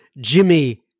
Jimmy